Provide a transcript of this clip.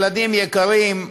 ילדים יקרים,